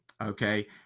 okay